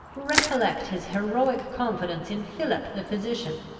recollect his heroic confidence in philip the physician,